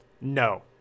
no